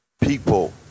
people